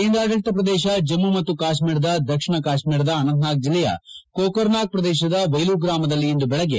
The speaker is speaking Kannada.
ಕೇಂದ್ರಾಡಳಿತ ಪ್ರದೇಶ ಜಮ್ಮ ಮತ್ತು ಕಾಶ್ಮೀರದ ದಕ್ಷಿಣ ಕಾಶ್ಮೀರದ ಅನಂತ್ನಾಗ್ ಜಿಲ್ಲೆಯ ಕೊಕರ್ನಾಗ್ ಪ್ರದೇಶದ ವೈಲೂ ಗ್ರಾಮದಲ್ಲಿ ಇಂದು ಬೆಳಿಗ್ಗೆ